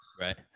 Right